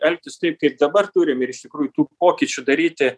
elgtis taip kaip dabar turim ir iš tikrųjų tų pokyčių daryti